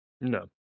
No